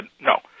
no